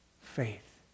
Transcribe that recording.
faith